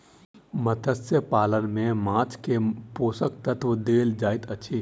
मत्स्य पालन में माँछ के पोषक तत्व देल जाइत अछि